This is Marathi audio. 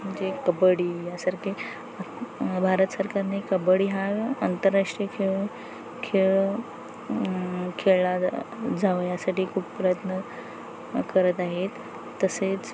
म्हणजे कबड्डी यासारखे भारत सरकारने कबड्डी हा आंतरराष्ट्रीय खेळ खेळ खेळला जा जावं यासाठी खूप प्रयत्न करत आहेत तसेच